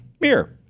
Mirror